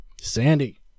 Sandy